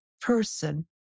person